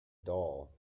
doll